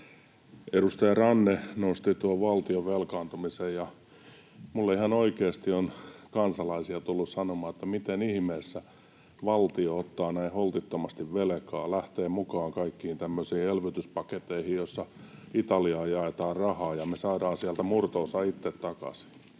Edustaja Ranne nosti tuon valtion velkaantumisen. Minulle ihan oikeasti on kansalaisia tullut kysymään, miten ihmeessä valtio ottaa näin holtittomasti velkaa, lähtee mukaan kaikkiin tämmöisiin elvytyspaketteihin, joissa Italiaan jaetaan rahaa, ja me saadaan sieltä murto-osa itse takasin.